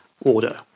order